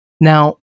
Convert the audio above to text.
Now